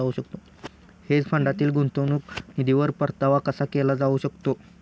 Hedge फंडातील गुंतवणूक निधीवर परतावा कसा केला जाऊ शकतो?